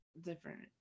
different